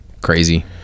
Crazy